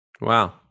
wow